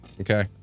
okay